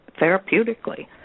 therapeutically